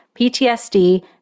PTSD